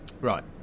right